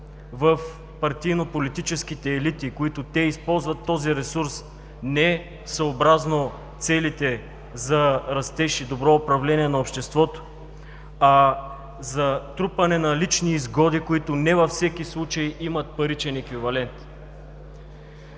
в партийно-политическите елити, които използват този ресурс не съобразно целите за растеж и добро управление на обществото, а за трупане на лични изгоди, които не във всеки случай имат паричен еквивалент.